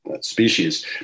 species